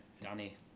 Danny